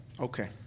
Okay